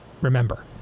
Remember